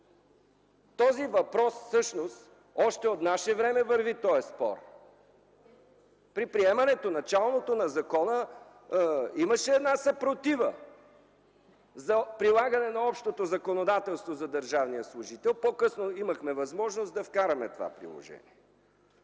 системата назад?! Още от наше време върви този спор. При началното приемане на закона имаше една съпротива за прилагане на общото законодателство за държавния служител. По-късно имахме възможност да вкараме това приложение.